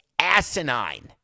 Asinine